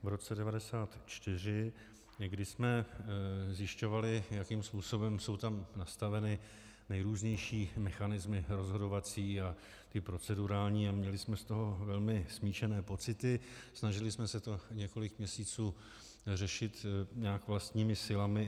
V roce 94 (?), kdy jsme zjišťovali, jakým způsobem jsou tam nastaveny nejrůznější mechanismy rozhodovací i procedurální, a měli jsme z toho velmi smíšené pocity, snažili jsme se to několik měsíců řešit nějak vlastními silami.